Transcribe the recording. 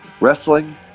wrestling